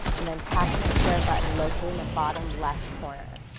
and then tap on the share button located in the bottom left corner.